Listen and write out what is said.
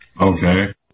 Okay